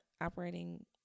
operating